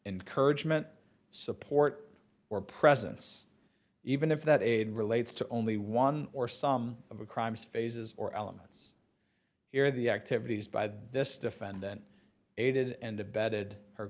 encouragement support or presence even if that aid relates to only one or some of the crimes phases or elements here the activities by this defendant aided and